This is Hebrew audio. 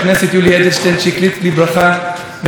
על הברכות על היום הנפלא הזה.